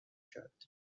کردید